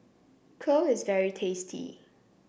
Kheer is very tasty